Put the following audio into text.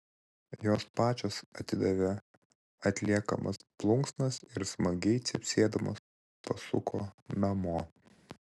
jos pačios atidavė atliekamas plunksnas ir smagiai cypsėdamos pasuko namo